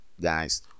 guys